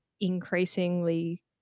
increasingly